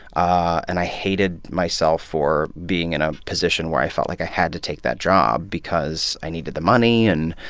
ah and i hated myself for being in a position where i felt like i had to take that job because i needed the money. and